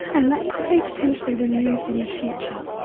and that could be potentially removed in the future.